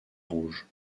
rouge